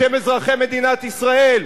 בשם אזרחי מדינת ישראל.